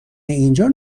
اینجا